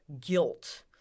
guilt